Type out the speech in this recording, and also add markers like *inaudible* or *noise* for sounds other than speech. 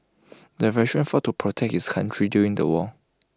*noise* the veteran fought to protect his country during the war